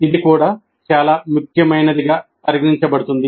ఇది కూడా చాలా ముఖ్యమైనదిగా పరిగణించబడుతుంది